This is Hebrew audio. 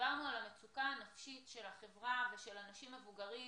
דיברנו על המצוקה הנפשית של החברה ושל אנשים מבוגרים